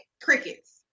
Crickets